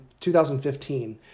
2015